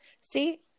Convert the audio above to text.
See